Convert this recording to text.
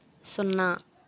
సున్నా